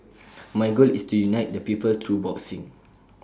my goal is to unite the people through boxing